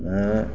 ऐं